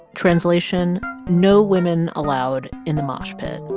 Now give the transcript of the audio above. translation no women allowed in the mosh pit.